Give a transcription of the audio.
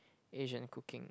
Asian cooking